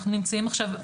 אנחנו נמצאים עכשיו,